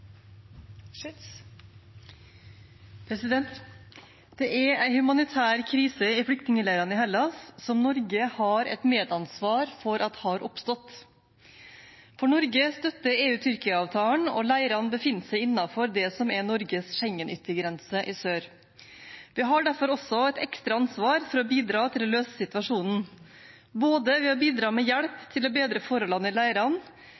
humanitær krise i flyktningleirene i Hellas som Norge har et medansvar for at har oppstått, for Norge støtter EU–Tyrkia-avtalen, og leirene befinner seg innenfor det som er Norges Schengen-yttergrense i sør. Vi har derfor også et ekstra ansvar for å bidra til å løse situasjonen, både ved å bidra med